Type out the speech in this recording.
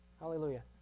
Hallelujah